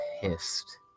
pissed